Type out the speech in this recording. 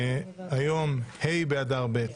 היום יום שני, ד' באדר ב'